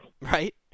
Right